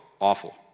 awful